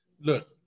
Look